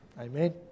Amen